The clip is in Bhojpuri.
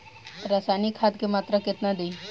रसायनिक खाद के मात्रा केतना दी?